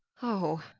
oh,